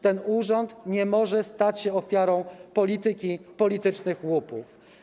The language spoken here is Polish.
Ten urząd nie może stać się ofiarą polityki, politycznych łupów.